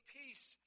peace